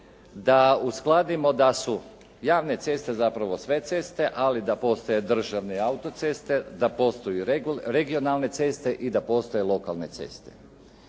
da uskladimo da su javne ceste zapravo sve ceste, ali da postoje državne autoceste, da postoje regionalne ceste i da postoje lokalne ceste.